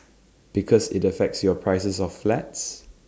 because IT affects your prices of flats